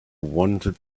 wanted